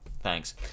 thanks